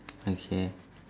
okay